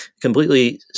completely